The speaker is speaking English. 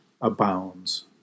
abounds